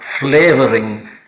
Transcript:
flavoring